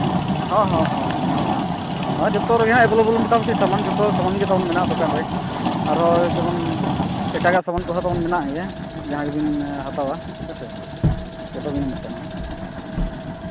ᱦᱚᱸ ᱦᱚᱸ ᱦᱚᱸ ᱦᱚᱸ ᱦᱚᱸ ᱡᱚᱛᱚ ᱨᱮᱜᱮ ᱦᱟᱸᱜ ᱮᱵᱮᱞᱮᱵᱮᱞ ᱢᱚᱴᱟᱢᱩᱴᱤ ᱥᱟᱢᱟᱱ ᱡᱚᱛᱚ ᱥᱟᱢᱟᱱ ᱜᱮ ᱛᱟᱵᱚᱱ ᱢᱮᱱᱟᱜᱼᱟ ᱫᱚᱠᱟᱱ ᱨᱮ ᱟᱨᱦᱚᱸ ᱡᱮᱢᱚᱱ ᱮᱴᱟᱜᱟᱜ ᱥᱟᱢᱟᱱ ᱦᱚᱸ ᱛᱟᱵᱚᱱ ᱢᱮᱱᱟᱜ ᱜᱮᱭᱟ ᱡᱟᱦᱟᱸ ᱜᱮᱵᱚᱱ ᱦᱟᱛᱟᱣᱟ ᱦᱮᱸᱥᱮ ᱡᱚᱛᱚ ᱜᱮ ᱧᱟᱢᱚᱜ ᱠᱟᱱᱟ